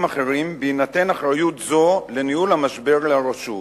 אחרים בהינתן אחריות זו לניהול המשבר לרשות.